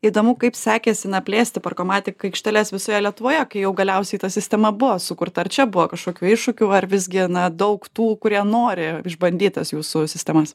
įdomu kaip sekėsi na plėsti parkomatic aikšteles visoje lietuvoje kai jau galiausiai ta sistema buvo sukurta ar čia buvo kažkokių iššūkių ar visgi na daug tų kurie nori išbandyt tas jūsų sistemas